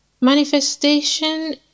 Manifestation